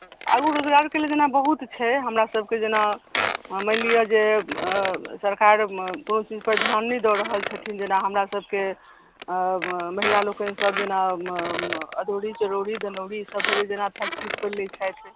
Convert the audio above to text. आगू रोजगारके लेल जेना बहुत छै हमरासभके जेना अहाँ मानि लिअ जे सरकार कोशिशपर ध्यान नहि दऽ रहल छथिन जेना हमरासभके महिला लोकनि सभ जेना अदौड़ी चरौड़ी दनौड़ी ईसभ भेलय जेना फैक्ट्री खोलि लैत छथि